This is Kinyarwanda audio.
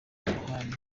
yohani